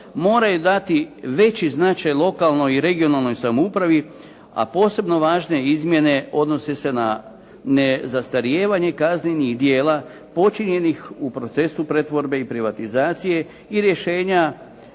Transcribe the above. Moraju dati veći značaj lokalnoj i regionalnoj samoupravi, a posebno važne izmjene odnose se na nezastarijevanje kaznenih djela počinjenih u procesu pretvorbe i privatizacije i rješenja